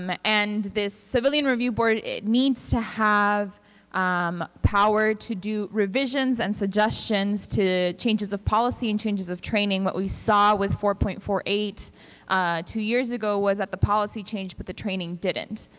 um ah and this civilian review board needs to have um power to do revisions and suggestions to changes of policy and changes of training. what we saw with four point four eight two years ago was that the policy changed but the training didn't,